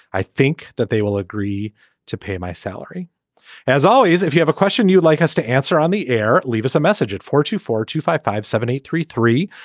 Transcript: i think that they will agree to pay my salary as always if you have a question you'd like us to answer on the air leave us a message at four two four two five five seven eight three three.